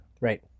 Right